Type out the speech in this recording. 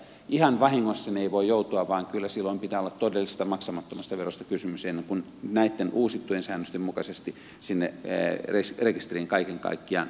ihan vahingossa sinne ei voi joutua vaan kyllä silloin pitää olla todellisesta maksamattomasta verosta kysymys ennen kuin näitten uusittujen säännösten mukaisesti sinne rekisteriin kaiken kaikkiaan joutuu